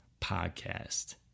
podcast